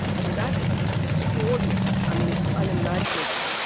ah so that is extraordinary, i mean it is unimaginable.